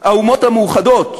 האומות המאוחדות,